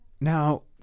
Now